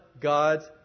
God's